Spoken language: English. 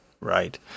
Right